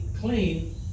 clean